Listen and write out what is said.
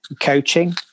coaching